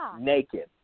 naked